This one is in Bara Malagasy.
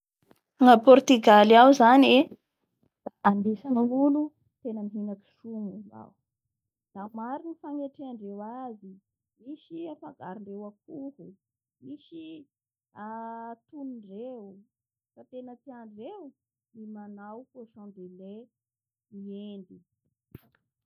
Ny olo zany Lafa mandeha a Portigaly agny sa soa avao ny manandra an'ity hany raiky itia ny anarany Morue io zany ro tena hany mampalaza andreo agny.